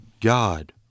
God